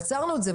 אבל עצרנו את זה.